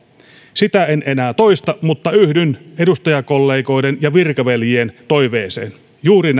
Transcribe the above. sitä en enää toista mutta yhdyn edustajakollegoiden ja virkaveljien toiveeseen juuri